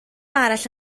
arall